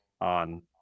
on